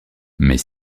mais